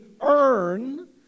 earn